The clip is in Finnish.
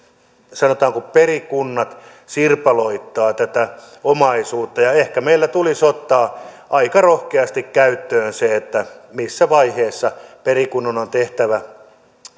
sanotaanko perikunnat sirpaloittavat tätä omaisuutta ehkä meillä tulisi ottaa aika rohkeasti käyttöön se missä vaiheessa perikunnan on tehtävä